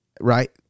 right